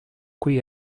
qui